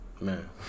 Man